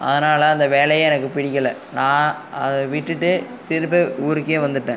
அதனால் அந்த வேலையே எனக்கு பிடிக்கலை நான் அதை விட்டுட்டு திருப்பி ஊருக்கே வந்துட்டேன்